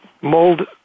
mold